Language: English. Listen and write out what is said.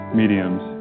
mediums